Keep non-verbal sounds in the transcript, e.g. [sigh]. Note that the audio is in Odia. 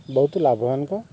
ବହୁତ୍ ଲାଭବାନ୍ [unintelligible]